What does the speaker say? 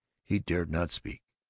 he dared not speak.